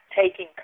taking